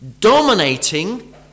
dominating